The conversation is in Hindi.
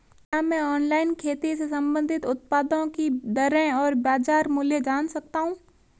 क्या मैं ऑनलाइन खेती से संबंधित उत्पादों की दरें और बाज़ार मूल्य जान सकता हूँ?